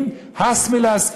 בבית הזה אתה לא ידיד ולא אורח,